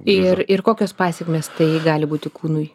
ir ir kokios pasekmės tai gali būti kūnui